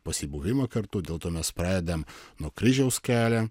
pasibuvimą kartu dėl to mes pradedam nuo kryžiaus kelią